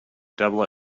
double